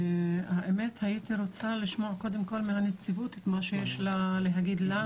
האמת שהייתי רוצה לשמוע קודם כל מהנציבות את מה שיש לה להגיד לנו,